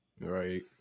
Right